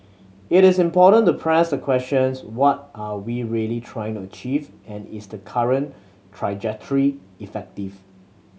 it is important to press the questions what are we really trying to achieve and is the current trajectory effective